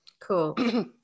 Cool